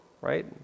right